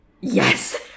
Yes